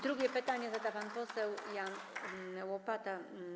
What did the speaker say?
Drugie pytanie zada pan poseł Jan Łopata.